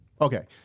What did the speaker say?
Okay